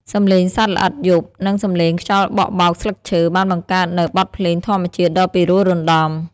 សំឡេងសត្វល្អិតយប់ និងសំឡេងខ្យល់បក់បោកស្លឹកឈើ បានបង្កើតនូវបទភ្លេងធម្មជាតិដ៏ពិរោះរណ្តំ។